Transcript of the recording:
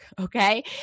Okay